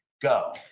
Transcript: go